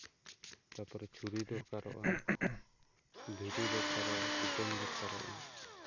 ᱛᱟᱨᱯᱚᱨᱮ ᱪᱷᱩᱨᱤ ᱫᱚᱨᱠᱟᱨᱚᱜᱼᱟ ᱫᱷᱤᱨᱤ ᱫᱚᱨᱠᱟᱨᱚᱜᱼᱟ ᱥᱩᱛᱟᱹᱢ ᱫᱚᱨᱠᱟᱨᱚᱜᱼᱟ